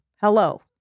hello